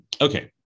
okay